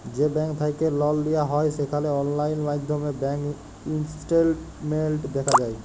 যে ব্যাংক থ্যাইকে লল লিয়া হ্যয় সেখালে অললাইল মাইধ্যমে ব্যাংক ইস্টেটমেল্ট দ্যাখা যায়